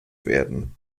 werden